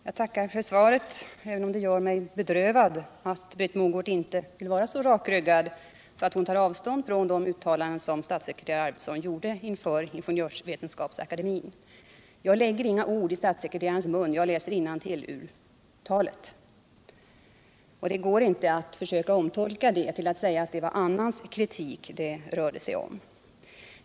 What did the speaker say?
Herr talman! Jag tackar för svaret även om det gör mig bedrövad att Britt Mogård inte vill vara så rakryggad att hon tar avstånd från de uttalanden som statssekreterare Arfwedson gjorde inför Ingenjörsvetenskapsakademien. Jag lägger inga ord i statssekreterarens mun. Jag läser innantill ur talet, och det går inte att försöka omtolka det och säga att det var annans kritik det rörde sig om.